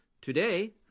Today